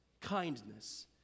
kindness